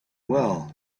well